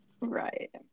Right